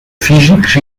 físics